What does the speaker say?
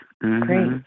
Great